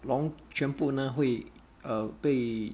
龙全部呢会被